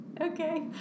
Okay